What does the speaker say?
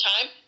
time